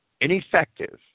ineffective